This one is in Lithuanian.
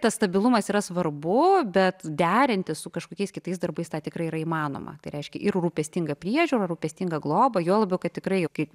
tas stabilumas yra svarbu bet derinti su kažkokiais kitais darbais tą tikrai įmanoma tai reiškia ir rūpestingą priežiūrą rūpestingą globą juo labiau kad tikrai kaip